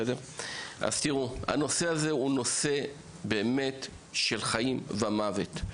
אז תראו, הנושא הזה הוא נושא באמת של חיים ומוות.